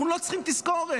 אנחנו לא צריכים תזכורת.